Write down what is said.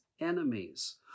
enemies